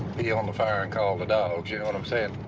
pee on the fire, and call the dogs. you know what i'm saying?